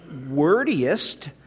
wordiest